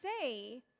say